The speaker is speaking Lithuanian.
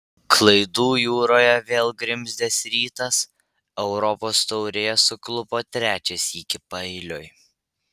klaidų jūroje vėl grimzdęs rytas europos taurėje suklupo trečią sykį paeiliui